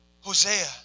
Hosea